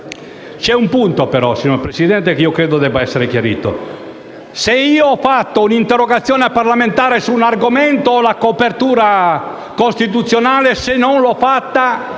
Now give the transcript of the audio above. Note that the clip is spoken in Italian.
C'è un punto però, Presidente, che credo debba essere chiarito: se ho presentato un'interrogazione parlamentare su un argomento ho la copertura costituzionale, se non l'ho